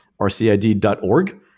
rcid.org